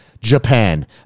japan